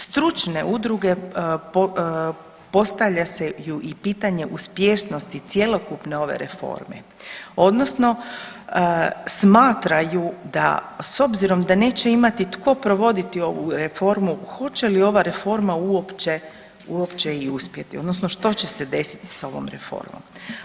Stručne udruge postavljaju si i pitanje uspješnosti cjelokupne ove reforme odnosno smatraju da s obzirom da neće imati tko provoditi ovu reformu hoće li ova reforma uopće uopće i uspjeti odnosno što će se desiti sa ovom reformom.